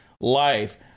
life